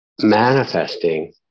Manifesting